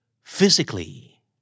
Physically